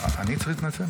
אני צריך להתנצל?